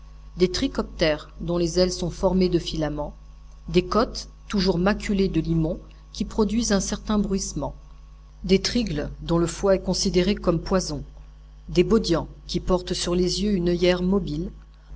des trichoptères dont les ailes sont formées de filaments des cottes toujours maculées de limon qui produisent un certain bruissement des trygles dont le foie est considéré comme poison des bodians qui portent sur les yeux une oeillère mobile